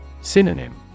Synonym